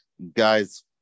Guy's